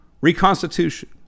Reconstitution